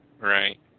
Right